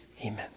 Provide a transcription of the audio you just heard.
amen